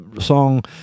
song